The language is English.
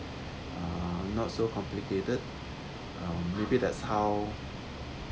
uh not so complicated uh maybe that's how